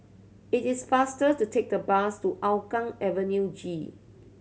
it is faster to take the bus to Hougang Avenue G